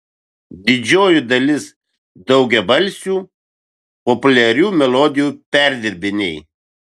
didžioji dalis daugiabalsių populiarių melodijų perdirbiniai